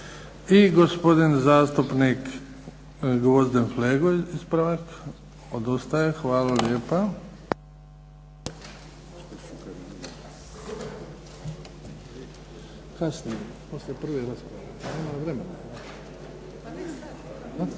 I gospodin zastupnik Gvozden Flego ispravak. Odustaje. Hvala lijepo.